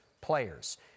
players